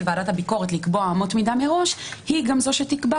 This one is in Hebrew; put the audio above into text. ועדת הביקורת לקבוע אמות מידה מראש והיא גם זו שתקבע